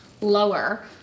Lower